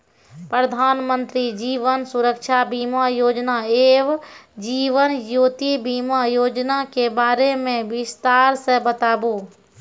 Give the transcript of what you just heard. प्रधान मंत्री जीवन सुरक्षा बीमा योजना एवं जीवन ज्योति बीमा योजना के बारे मे बिसतार से बताबू?